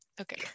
Okay